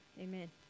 amen